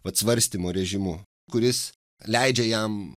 vat svarstymo režimu kuris leidžia jam